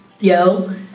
Yo